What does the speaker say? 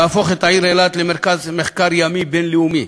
להפוך את העיר אילת למרכז למחקר ימי בין-לאומי,